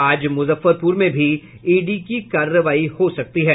आज मुजफ्फरपुर में भी ईडी की कार्रवाई हो सकती है